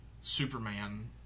Superman